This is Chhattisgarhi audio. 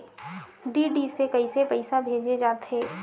डी.डी से कइसे पईसा भेजे जाथे?